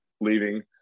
leaving